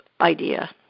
idea